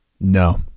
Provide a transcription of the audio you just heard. No